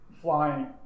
flying